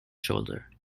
shoulder